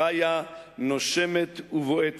חיה, נושמת ובועטת.